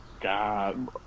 God